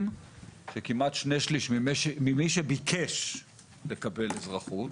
שכמעט שני שליש ממי שביקש לקבל אזרחות,